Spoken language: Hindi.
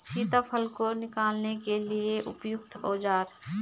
सीताफल को निकालने के लिए उपयुक्त औज़ार?